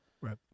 Right